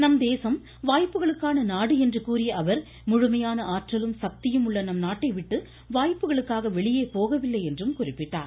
நம் தேசம் வாய்ப்புகளுக்கான நாடு என்று கூறிய அவர் முழுமையான ஆற்றலும் சக்தியும் உள்ள நம் நாட்டை விட்டு வாய்ப்புகளுக்காக வெளியே போகவில்லை என்று குறிப்பிட்டார்